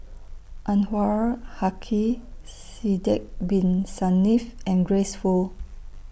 Anwarul Haque Sidek Bin Saniff and Grace Fu